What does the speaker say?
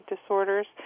disorders